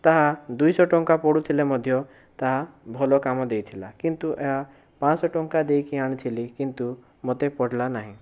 ତାହା ଦୁଇଶହ ଟଙ୍କା ପଡ଼ୁଥିଲେ ମଧ୍ୟ ତାହା ଭଲ କାମ ଦେଇଥିଲା କିନ୍ତୁ ଏହା ପାଞ୍ଚଶହ ଟଙ୍କା ଦେଇକି ଆଣିଥିଲି କିନ୍ତୁ ମୋତେ ପଡ଼ିଲା ନାହିଁ